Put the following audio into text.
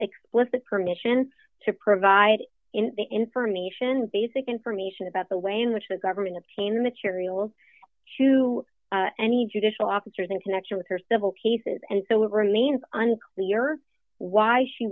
explicit permission to provide information basic information about the way in which the government obtain materials to any judicial officers in connection with her civil cases and